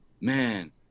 man